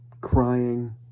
crying